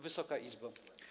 Wysoka Izbo!